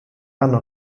hanno